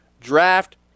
draft